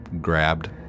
grabbed